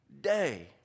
day